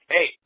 Hey